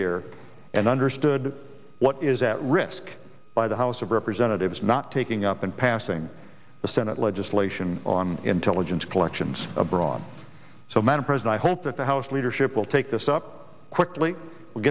here and understood what is at risk by the house of representatives not taking up and passing the senate legislation on intelligence collections abroad so madam president i hope that the house leadership will take this up quickly